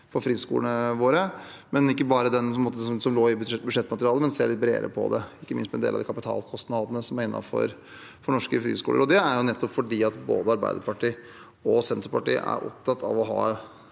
for friskolene våre – ikke bare på den måten som lå i budsjettmaterialet, men å se litt bredere på det – ikke minst på en del av de kapitalkostnadene som er innenfor norske friskoler. Det er fordi både Arbeiderpartiet og Senterpartiet er opptatt av å ha